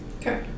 Okay